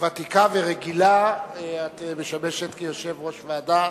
כוותיקה ורגילה, את משמשת כיושבת-ראש ועדה